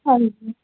ਹਾਂਜੀ